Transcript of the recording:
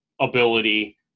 ability